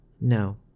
No